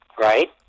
right